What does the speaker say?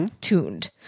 tuned